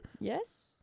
Yes